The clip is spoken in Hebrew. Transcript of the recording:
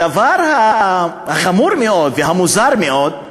הדבר החמור מאוד, והמוזר מאוד,